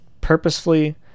purposefully